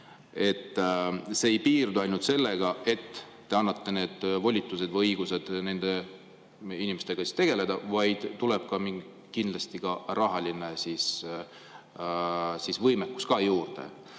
et see ei piirdu ainult sellega, et te annate volitused või õigused nende inimestega tegeleda, vaid tuleb ka mingi rahaline võimekus juurde.